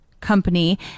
company